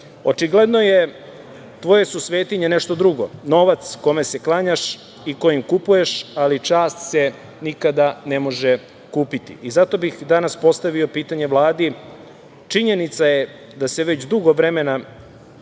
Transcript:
Očigledno je, tvoje su svetinje nešto drugo, novac kome se klanjaš i kojim kupuješ, ali čast se nikada ne može kupiti. Zato bih danas postavio pitanje Vladi, činjenica je da se već dugo vremena